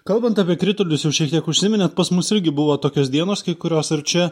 kalbant apie kritulius jau šiek tiek užsiminėt pas mus irgi buvo tokios dienos kai kurios ar čia